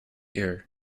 ear